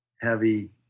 heavy